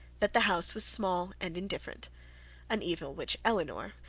that the house was small and indifferent an evil which elinor,